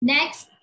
Next